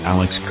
Alex